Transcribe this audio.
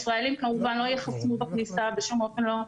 ישראלים לא ייחסמו בכניסה, בשום אופן לא.